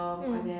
mm